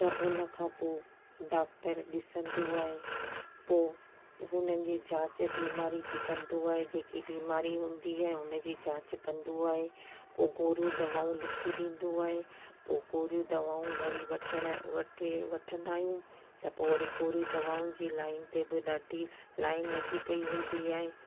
त हुन खां पोइ डाक्टर ॾिसंदो आहे पोइ उन्हनि जी जांच बीमारी जी कंदो आहे जेकी बीमारी हूंदी आहे हुनजी जांच कंदो आहे पोइ गोरियूं दवाऊं लिखी ॾींदो आहे पोइ गोरियूं दवाऊं वरी वठण वठे वठंदा आहियूं त पोइ वरी गोरियूं दवाऊं जी लाइन ते बि ॾाढी लाइन लॻी पेई हूंदी आहे